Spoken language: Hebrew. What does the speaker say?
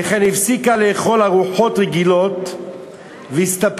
וכן הפסיקה לאכול ארוחות רגילות והסתפקה